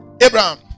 Abraham